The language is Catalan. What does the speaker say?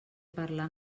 parlar